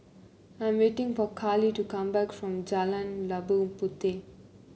I'm waiting for Carley to come back from Jalan Labu Puteh